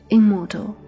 Immortal